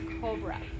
cobra